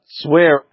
swear